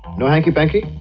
no hanky panky.